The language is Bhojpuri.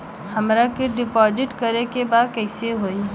हमरा के डिपाजिट करे के बा कईसे होई?